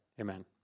Amen